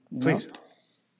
Please